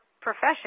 profession